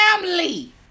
family